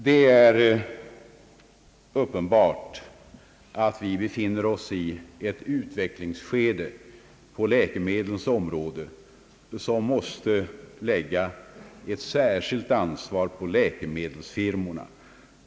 Det är uppenbart att vi befinner oss i ett utvecklingsskede på läkemedlens område som måste lägga ett särskilt ansvar på läkemedelsfirmorna.